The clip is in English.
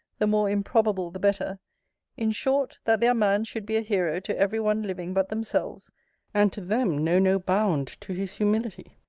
the more improbable the better in short, that their man should be a hero to every one living but themselves and to them know no bound to his humility.